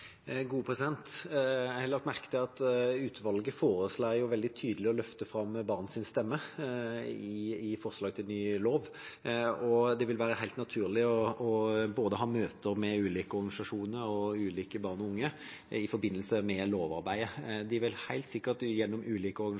Jeg har lagt merke til at utvalget veldig tydelig foreslår å løfte fram barns stemme i forslaget til ny lov. Det vil være helt naturlig både å ha møter med ulike organisasjoner og barn og unge i forbindelse med lovarbeidet. De vil helt sikkert gjennom ulike